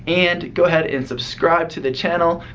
and go ahead and subscribe to the channel.